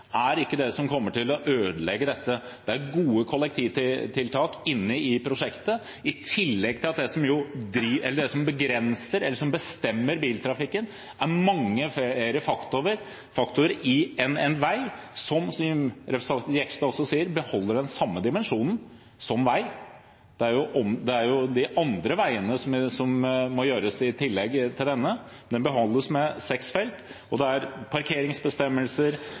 er ikke det som kommer til å ødelegge dette. Det er gode kollektivtiltak inne i prosjektet, i tillegg til mange flere faktorer som begrenser eller bestemmer biltrafikken. Som representanten Jegstad også sier, beholdes den samme dimensjonen for veien – det er jo de andre veiene som må gjøres i tillegg til denne – og den bygges med seks felt. Det er parkeringsbestemmelser, det er bomring, og det er